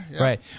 right